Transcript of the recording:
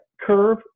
curve